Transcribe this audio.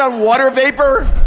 ah water vapor?